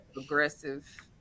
aggressive